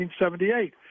1978